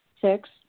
Six